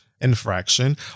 infraction